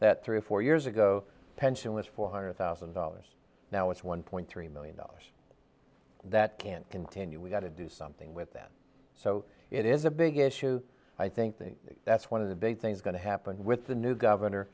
that three or four years ago pension was four hundred thousand dollars now it's one point three million dollars that can't continue we've got to do something with that so it is a big issue i think that's one of the big things going to happen with the new governor